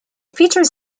features